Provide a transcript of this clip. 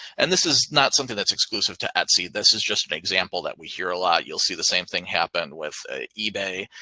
and this is not something that's exclusive to etsy this is just an example that we hear a lot. you'll see the same thing happened with ebay.